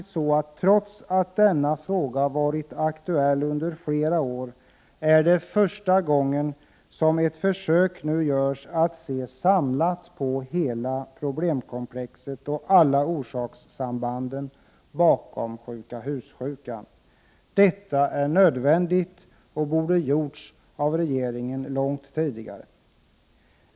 Trots att denna fråga har varit aktuell under flera år, är det första gången som ett försök nu görs att se samlat på hela problemkomplexet och alla orsakssambanden bakom sjuka hus-sjukan. Det är nödvändigt och borde ha gjorts av regeringen långt tidigare.